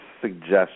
suggestion